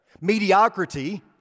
mediocrity